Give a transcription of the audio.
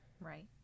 right